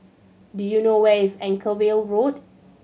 do you know where is Anchorvale Road